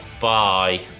Bye